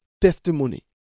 testimony